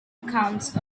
counts